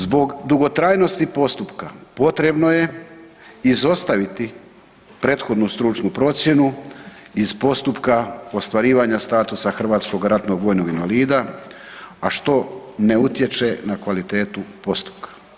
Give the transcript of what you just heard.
Zbog dugotrajnosti postupka, potrebno je izostaviti prethodnu stručnu procjenu iz postupka ostvarivanja statusa hrvatskog ratnog vojnog invalida a što ne utječe na kvalitetu postupka.